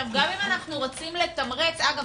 גם אם אנחנו רוצים לתמרץ אגב,